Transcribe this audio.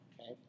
okay